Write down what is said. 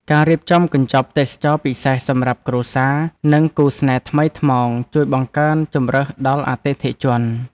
ការរៀបចំកញ្ចប់ទេសចរណ៍ពិសេសសម្រាប់គ្រួសារ និងគូស្នេហ៍ថ្មីថ្មោងជួយបង្កើនជម្រើសដល់អតិថិជន។